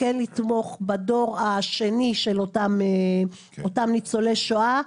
וכן לתמוך בדור השני של אותם ניצולי שואה,